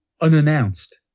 unannounced